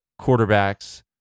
quarterbacks